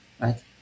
right